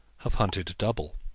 have hunted double.